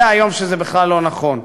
יודע היום שזה בכלל לא נכון.